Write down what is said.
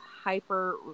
hyper